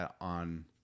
on